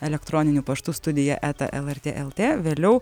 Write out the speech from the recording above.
elektroniniu paštu studija eta lrt lt vėliau